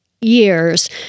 years